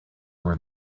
over